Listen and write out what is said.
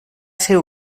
ser